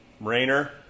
rainer